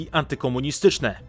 antykomunistyczne